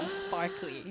sparkly